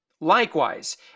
Likewise